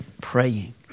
praying